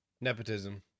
nepotism